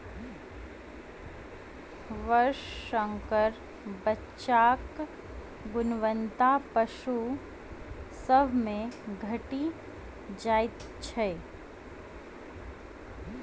वर्णशंकर बच्चाक गुणवत्ता पशु सभ मे घटि जाइत छै